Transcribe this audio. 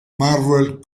marvel